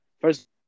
first